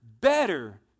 better